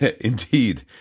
Indeed